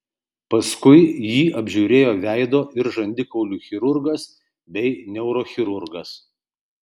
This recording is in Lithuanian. paskui jį apžiūrėjo veido ir žandikaulių chirurgas bei neurochirurgas